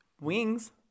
Wings